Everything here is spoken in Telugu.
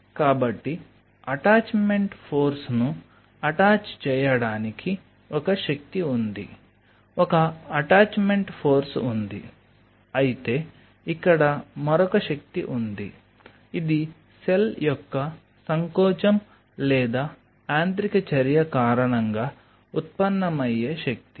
కాబట్టి అటాచ్మెంట్ ఫోర్స్ను అటాచ్ చేయడానికి ఒక శక్తి ఉంది ఒక అటాచ్మెంట్ ఫోర్స్ ఉంది అయితే ఇక్కడ మరొక శక్తి ఉంది ఇది సెల్ యొక్క సంకోచం లేదా యాంత్రిక చర్య కారణంగా ఉత్పన్నమయ్యే శక్తి